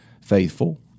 faithful